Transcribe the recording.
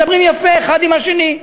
מדברים יפה האחד עם השני.